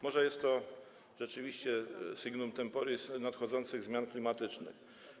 Może jest to rzeczywiście signum temporis, znak nadchodzących zmian klimatycznych.